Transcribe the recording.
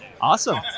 awesome